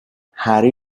harry